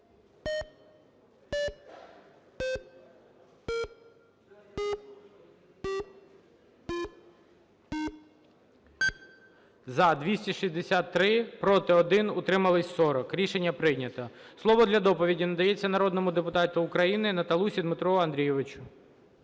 За-268 Проти – 1, утрималось – 36. Рішення прийнято. Слово для доповіді надається народному депутату України Наталусі Дмитру Андрійовичу.